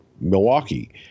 Milwaukee